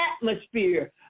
atmosphere